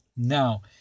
Now